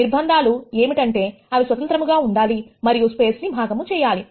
నిర్బంధాలు ఏమిటంటే అవి స్వాతంత్రం గా ఉండాలి మరియు స్పేస్ ని భాగము చేయాలి